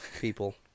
people